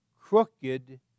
crooked